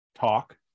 talk